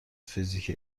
فیزیک